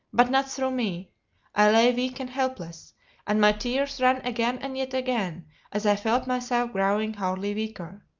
but not through me i lay weak and helpless and my tears ran again and yet again as i felt myself growing hourly weaker.